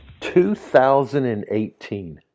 2018